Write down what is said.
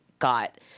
got